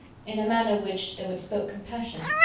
in a manner which, though it spoke compassion,